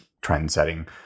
trend-setting